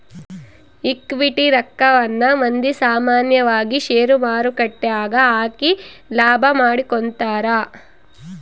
equity ರಕ್ಕವನ್ನ ಮಂದಿ ಸಾಮಾನ್ಯವಾಗಿ ಷೇರುಮಾರುಕಟ್ಟೆಗ ಹಾಕಿ ಲಾಭ ಮಾಡಿಕೊಂತರ